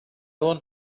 want